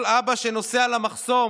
כל אבא שנוסע למחסום